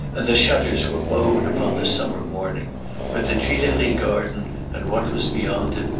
and the shutters were bowed upon the summer morning but the tuileries garden and what was beyond it,